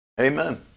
Amen